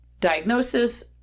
diagnosis